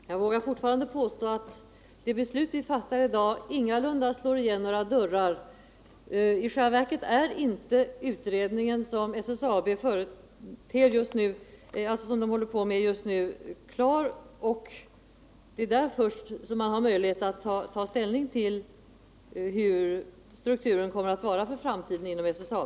Herr talman! Jag vågar fortfarande påstå att det beslut vi fattar i dag ingalunda slår igen några dörrar. I själva verket är utrednir.gen om SSAB ännu inte klar, och det är först i dess arbete som man har möjlighet att ta ställning till SSAB:s framtida struktur.